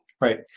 Right